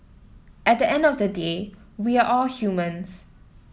at the end of the day we are all humans